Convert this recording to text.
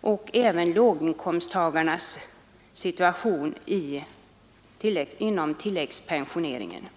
och även låginkomsttagarnas situation inom tilläggspensioneringen.